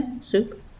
soup